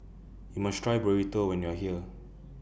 YOU must Try Burrito when YOU Are here